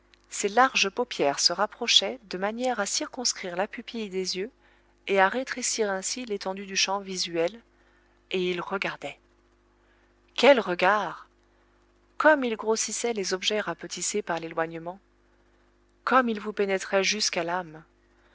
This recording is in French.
ses larges paupières se rapprochaient de manière à circonscrire la pupille des yeux et à rétrécir ainsi l'étendue du champ visuel et il regardait quel regard comme il grossissait les objets rapetissés par l'éloignement comme il vous pénétrait jusqu'à l'âme